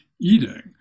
eating